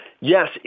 Yes